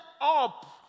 up